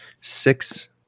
six